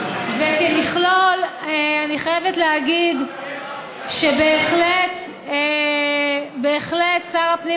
כמכלול אני חייבת להגיד שבהחלט שר הפנים